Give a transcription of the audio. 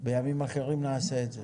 על אופיין, ובימים אחרים נעשה את זה.